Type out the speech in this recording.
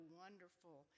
wonderful